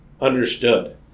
understood